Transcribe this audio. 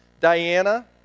Diana